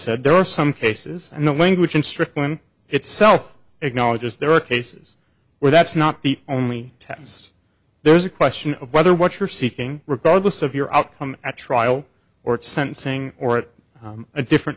said there are some cases in the language and stricklin itself acknowledges there are cases where that's not the only test there is a question of whether what you're seeking regardless of your outcome at trial or sentencing or it a different